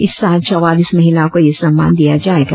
इस साल चौवालीस महिलाओं को यह सम्मान दिया जायेगा